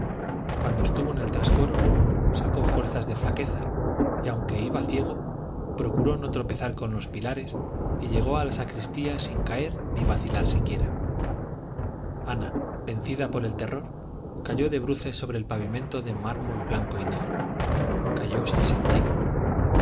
cuando estuvo en el trascoro sacó fuerzas de flaqueza y aunque iba ciego procuró no tropezar con los pilares y llegó a la sacristía sin caer ni vacilar siquiera ana vencida por el terror cayó de bruces sobre el pavimento de mármol blanco y negro cayó sin sentido